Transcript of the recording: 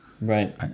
right